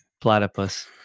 Platypus